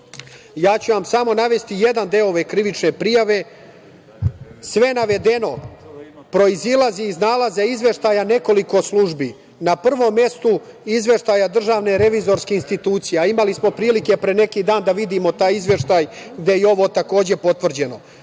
ću vam navesti jedan deo ove krivične prijave. Sve navedeno proizilazi iz nalaza izveštaja nekoliko službi, na prvom mestu Izveštaja DRI, a imali smo prilike pre neki dan da vidimo taj izveštaj gde je i ovo takođe potvrđeno.